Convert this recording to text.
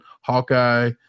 Hawkeye